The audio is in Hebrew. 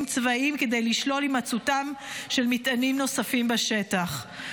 צבאיים כדי לשלול הימצאותם של מטענים נוספים בשטח.